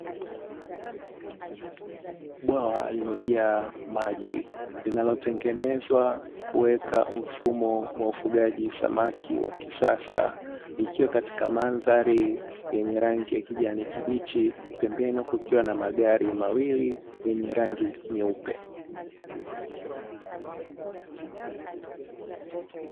Bwawa lililojaa maji linalotengenezwa kuweka mfumo wa ufugaji samaki wa kisasa ikiwa katika mandhari yenye rangi ya kijanii kibichi. Pembeni kukiwa na magari mawili yenye rangi nyeupe.